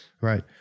right